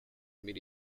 mais